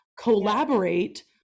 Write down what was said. collaborate